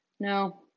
No